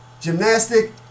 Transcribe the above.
gymnastic